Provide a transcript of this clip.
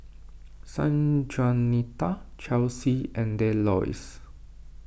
Sanjuanita Chelsea and Delois